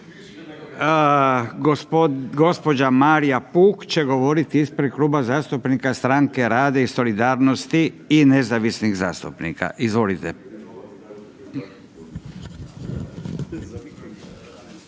Gospođa Marija Puh će govoriti ispred Kluba zastupnika Stranke rada i solidarnosti i nezavisnih zastupnika. Izvolite.